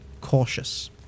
cautious